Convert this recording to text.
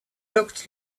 looked